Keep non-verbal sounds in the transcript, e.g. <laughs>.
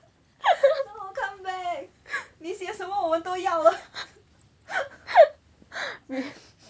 <laughs> no come back 你写什么我都要了 <laughs>